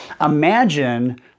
Imagine